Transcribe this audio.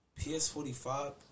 PS45